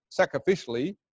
sacrificially